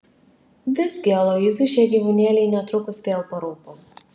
visgi aloyzui šie gyvūnėliai netrukus vėl parūpo